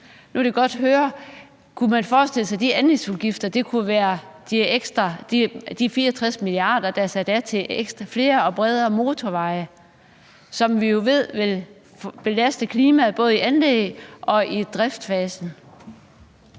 Nu vil jeg godt høre, om man kunne forestille sig, at de anlægsudgifter kunne være de 64 mia. kr., der er sat af til flere og bredere motorveje, som vi jo ved vil belaste klimaet både i anlægs- og driftsfasen.